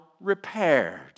repaired